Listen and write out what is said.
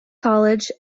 college